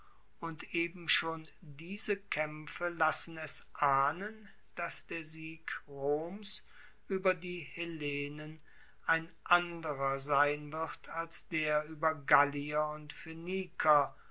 und eben schon diese kaempfe lassen es ahnen dass der sieg roms ueber die hellenen ein anderer sein wird als der ueber gallier und